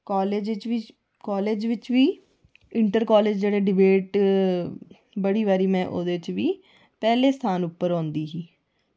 college च college बिच बी इंटर कॉलेज़ जेह्ड़े डिबेट बड़ी बारी में ओह्दे च बी पैह्ले स्थान पर औंदी ही